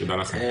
תודה לכם.